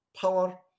power